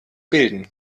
bilden